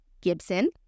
Gibson